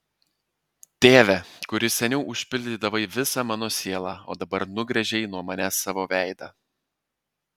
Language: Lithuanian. tėve kuris seniau užpildydavai visą mano sielą o dabar nugręžei nuo manęs savo veidą